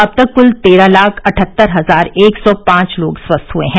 अब तक क्ल तेरह लाख अठहत्तर हजार एक सौ पांच लोग स्वस्थ हुए हैं